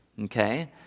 okay